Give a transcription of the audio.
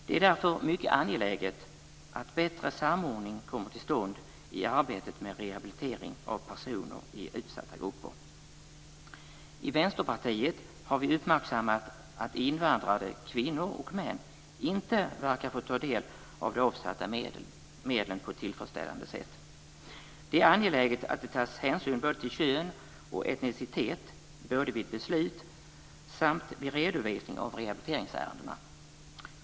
Det är därför mycket angeläget att bättre samordning kommer till stånd i arbetet med rehabilitering av personer i utsatta grupper, I Vänsterpartiet har vi uppmärksammat att invandrade kvinnor och män inte verkar få ta del av de avsatta medlen på ett tillfredsställande sätt. Det är angeläget att det tas hänsyn både till kön och etnicitet både vid beslut samt vid redovisning av rehabiliteringsärendena.